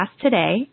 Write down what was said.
today